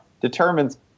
determines